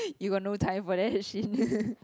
you got no time for that shit